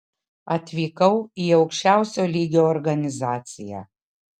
atvykau į aukščiausio lygio organizaciją